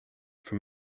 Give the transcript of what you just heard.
from